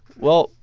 well,